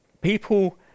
people